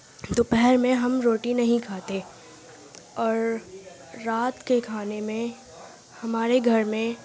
دوپہر میں ہم روٹی نہیں کھاتے اور رات کے کھانے میں ہمارے گھر میں